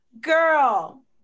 Girl